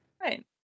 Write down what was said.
Right